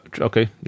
Okay